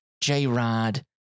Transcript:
J-Rod